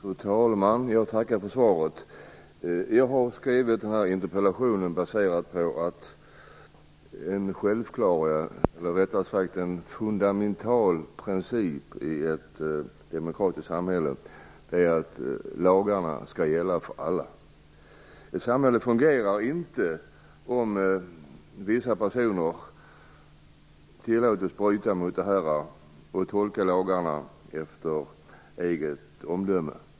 Fru talman! Jag tackar för svaret. Min interpellation baseras på den fundamentala principen i ett demokratiskt samhälle att lagarna skall gälla för alla. Ett samhälle fungerar inte om vissa personer tillåts bryta mot det och tolka lagarna efter eget omdöme.